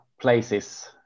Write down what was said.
places